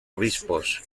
obispos